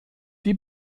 die